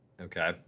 Okay